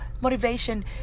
motivation